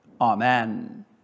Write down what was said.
Amen